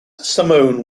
simone